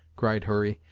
cried hurry,